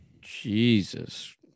Jesus